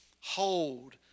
hold